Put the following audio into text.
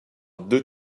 deux